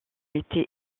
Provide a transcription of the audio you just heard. été